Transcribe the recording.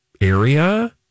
area